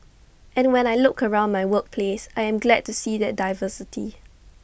and when I look around my workplace I am glad to see that diversity